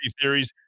theories